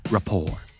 Rapport